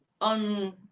on